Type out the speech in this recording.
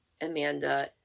Amanda